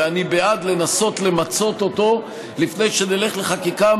ואני בעד לנסות למצות אותו לפני שנלך לחקיקה,